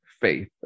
faith